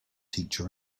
teacher